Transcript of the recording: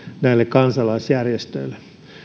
näille kansalaisjärjestöille